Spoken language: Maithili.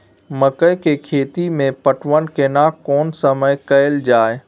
मकई के खेती मे पटवन केना कोन समय कैल जाय?